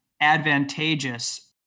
advantageous